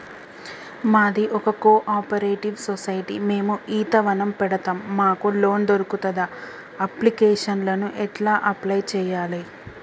మాది ఒక cooperative society మేము ఈత వనం పెడతం మాకు లోన్ దొర్కుతదా? అప్లికేషన్లను ఎట్ల అప్లయ్ చేయాలే?